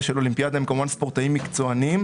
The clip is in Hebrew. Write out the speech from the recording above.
של אולימפיאדה הם כמובן ספורטאים מקצועניים